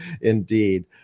indeed